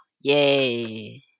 Yay